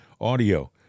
audio